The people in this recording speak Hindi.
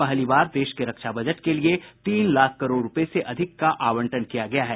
पहली बार देश के रक्षा बजट के लिए तीन लाख करोड़ रुपये से अधिक का आवंटन किया गया है